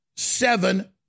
Seven